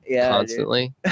Constantly